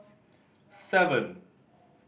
seven